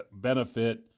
Benefit